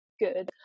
good